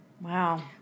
Wow